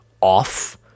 off